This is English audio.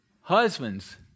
husbands